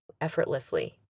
effortlessly